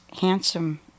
handsome